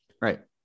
Right